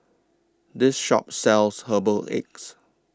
This Shop sells Herbal Egg